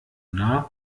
nah